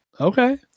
okay